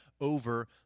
over